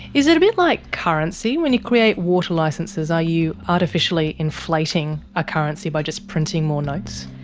is it a bit like currency, when you create water licences, are you artificially inflating a currency by just printing more notes?